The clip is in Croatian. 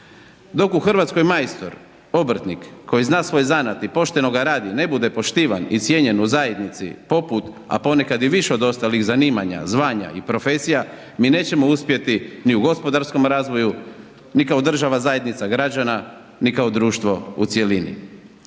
Dok u Hrvatskoj majstor obrtnik koji zna svoj zanat i pošteno ga radi ne bude poštivan i cijenjen u zajednici poput, a ponekad i više od ostalih zanimanja, zvanja i profesija mi nećemo uspjeti ni u gospodarskom razvoju ni kao država zajednica građana ni kao društvo u cjelini.